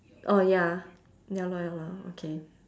oh ya ya lor ya lor okay